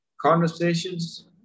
conversations